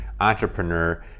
entrepreneur